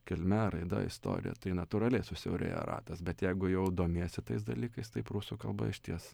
kilme raida istorija tai natūraliai susiaurėja ratas bet jeigu jau domiesi tais dalykais tai prūsų kalba